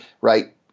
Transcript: right